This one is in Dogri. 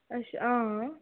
अच्छा हां